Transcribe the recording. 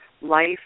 life